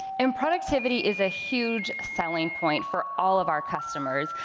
and productivity is a huge selling point for all of our customers.